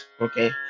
okay